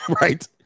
Right